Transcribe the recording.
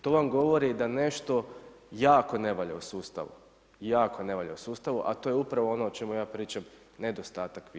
To vam govori da nešto jako ne valja u sustavu, jako ne valja u sustavu, a to je upravo ono o čemu ja pričam nedostatak vizije.